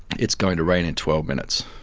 it's going to rain in twelve minutes.